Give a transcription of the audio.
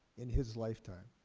in his lifetime.